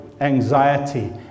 anxiety